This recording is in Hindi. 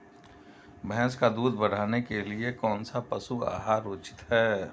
भैंस का दूध बढ़ाने के लिए कौनसा पशु आहार उचित है?